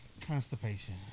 Constipation